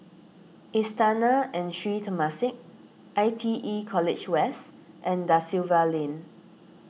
Istana and Sri Temasek I T E College West and Da Silva Lane